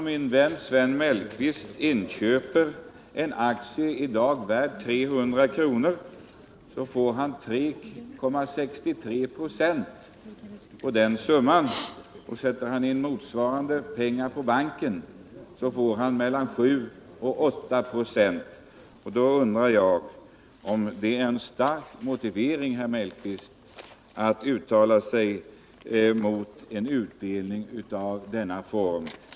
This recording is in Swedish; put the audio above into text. Om min vän Sven Mellqvist inköper en aktie, i dag värd 300 kr., får han 3,63 26 i utdelning på den summan. Sätter han in motsvarande pengar på banken får han mellan 7 och 8 96 i ränta. Då undrar jag om man har en stark motivering, herr Mellqvist, för att uttala sig mot en utdelning i denna form.